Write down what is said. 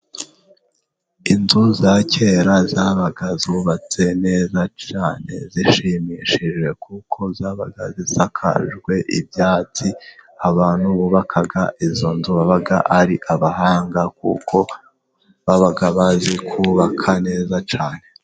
Inzu za kera zaba zubatse neza cyane, zishimishije kuko zabaga zakajwe ibyatsi, abantu bubakaga izo nzu babaga ari abahanga, kuko babaga bazi kubaka neza cyane.